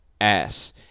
Ass